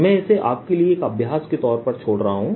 मैं इसे आपके लिए एक अभ्यास के तौर पर छोड़ रहा हूं